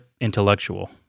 intellectual